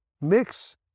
mix